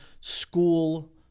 school